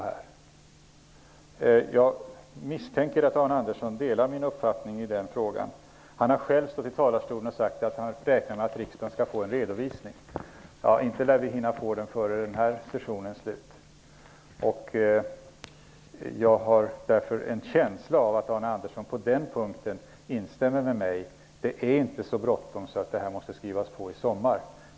Jag misstänker att Arne Andersson delar min uppfattning i den frågan. Han har själv i talarstolen sagt att han räknar med att riksdagen skall få en redovisning. Inte lär vi hinna få den före den här sessionens slut. Jag har därför en känsla av att Arne Andersson på den punkten instämmer med mig. Det är inte så bråttom.